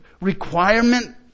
requirement